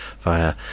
via